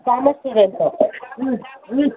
commerce student ಹ್ಞೂ ಹ್ಞೂ